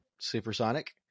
supersonic